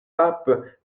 pape